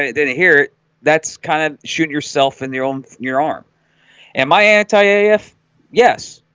ah didn't hear that's kind of shooting yourself in their own thing your arm and my anti af yes,